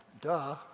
Duh